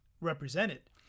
represented